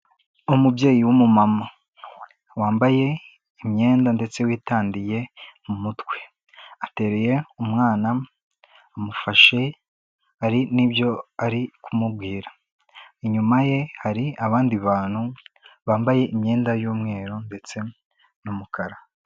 Umubyeyi w'umumama, wambaye imyenda ndetse witandiye mu mutwe, ateruye umwana amufashe hari n'ibyo ari kumubwira, inyuma ye hari abandi bantu bambaye imyenda y'umweru ndetse n'umukara.